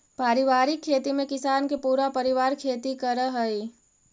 पारिवारिक खेती में किसान के पूरा परिवार खेती करऽ हइ